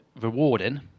rewarding